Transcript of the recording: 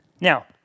Now